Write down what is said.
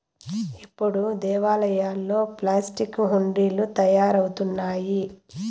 ఇప్పుడు దేవాలయాల్లో ప్లాస్టిక్ హుండీలు తయారవుతున్నాయి